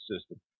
system